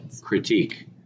Critique